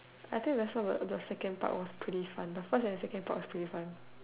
I think we also got the second part was pretty fun the first and the second part was pretty fun